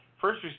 First